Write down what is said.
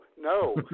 no